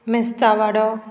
मेस्ता वाडो